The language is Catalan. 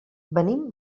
venim